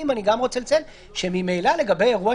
אני רוצה לציין שממילא לגבי אירוע,